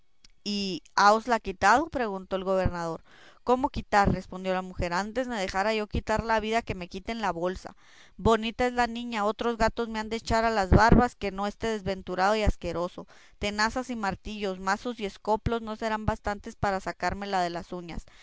y háosla quitado preguntó el gobernador cómo quitar respondió la mujer antes me dejara yo quitar la vida que me quiten la bolsa bonita es la niña otros gatos me han de echar a las barbas que no este desventurado y asqueroso tenazas y martillos mazos y escoplos no serán bastantes a sacármela de las uñas